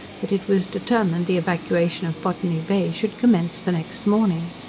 that it was determined the evacuation of botany bay should commence the next morning.